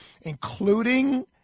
including